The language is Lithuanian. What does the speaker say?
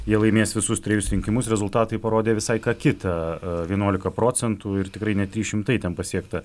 jie laimės visus trejus rinkimus rezultatai parodė visai ką kitą vienuolika procentų ir tikrai ne trys šimtai ten pasiekta